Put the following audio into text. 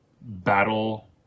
battle